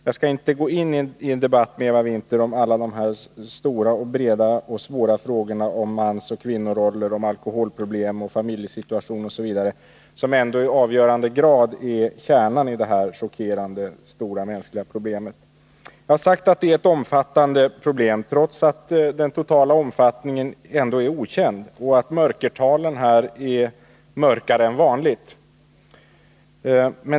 Jag skall inte gå in i en debatt med Eva Winther om alla de här stora och svåra frågorna om mansoch kvinnoroller, alkoholproblem och familjesituationer m.m., som ändå är kärnan i detta chockerande och stora mänskliga problem. Jag har sagt att det är ett omfattande problem, trots att den totala omfattningen ändå är okänd och trots att mörkertalen är mörkare än vanligt.